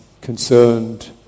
concerned